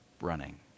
running